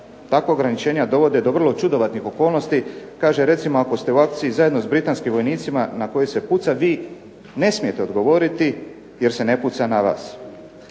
takva ograničenja dovode do vrlo čudnovatih okolnosti. Kaže, recimo ako ste u akciji zajedno sa britanskim vojnicima na koje se puca vi ne smijete odgovoriti jer se ne puca na vas.